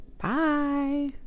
Bye